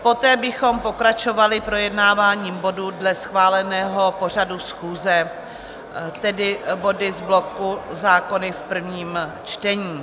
Poté bychom pokračovali projednáváním bodů dle schváleného pořadu schůze, tedy body z bloku zákony v prvním čtení.